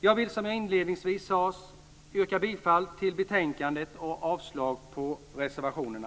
Jag vill, som jag inledningsvis sade, yrka bifall till utskottets hemställan och avslag på reservationerna.